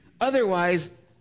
Otherwise